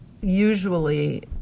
usually